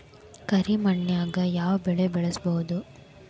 ಕರಿ ಮಣ್ಣಾಗ್ ಯಾವ್ ಬೆಳಿ ಬೆಳ್ಸಬೋದು?